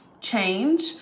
change